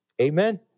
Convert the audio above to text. amen